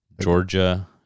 Georgia